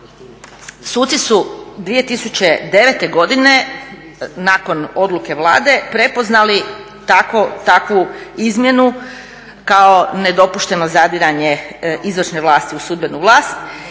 suci su 2009. godine nakon odluke Vlade prepoznali takvu izmjenu kao nedopušteno zadiranje izvršne vlasti u sudbenu vlast